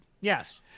yes